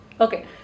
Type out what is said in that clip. Okay